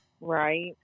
Right